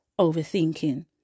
overthinking